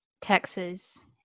Texas